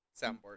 soundboard